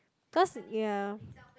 cause you know